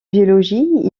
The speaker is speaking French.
biologie